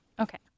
okay